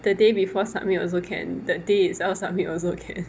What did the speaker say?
the day before submit also can the day itself submit also can